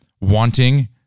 wanting